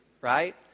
Right